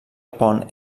pont